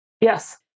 Yes